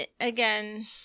again